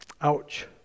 Ouch